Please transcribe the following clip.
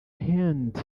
hand